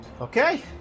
okay